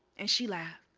and she laugh.